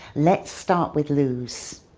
let's start with lose.